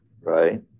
right